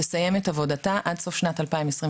תסיים את עבודתה עד סוף שנת 2022,